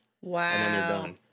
Wow